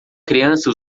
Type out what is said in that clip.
criança